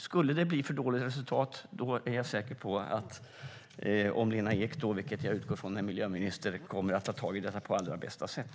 Skulle det bli ett för dåligt resultat är jag säker på att Lena Ek, om hon är miljöminister då, vilket jag utgår från, kommer att ta tag i detta på allra bästa sätt.